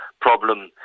problem